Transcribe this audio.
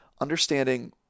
understanding